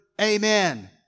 amen